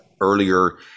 earlier